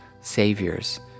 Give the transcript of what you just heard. saviors